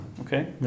okay